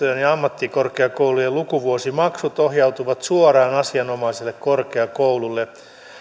ja ammattikorkeakoulujen lukuvuosimaksut ohjautuvat suoraan asianomaiselle korkeakoululle